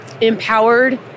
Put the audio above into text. empowered